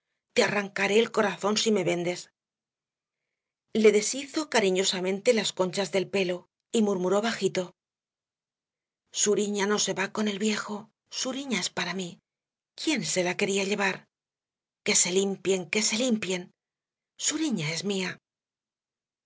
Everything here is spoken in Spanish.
te arrancaré el corazón si me vendes le deshizo cariñosamente las conchas del pelo y murmuró bajito suriña no se va con el viejo suriña es para mí quién se la quería llevar que se limpien que se limpien suriña es mía